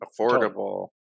affordable